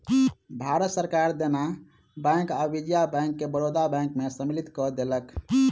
भारत सरकार देना बैंक आ विजया बैंक के बड़ौदा बैंक में सम्मलित कय देलक